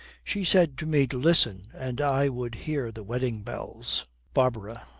she said to me to listen and i would hear the wedding bells barbara.